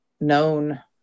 known